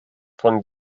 von